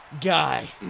guy